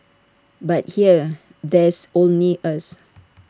but here there's only us